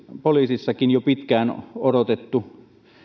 poliisissakin jo pitkään odotettu